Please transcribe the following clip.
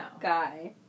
guy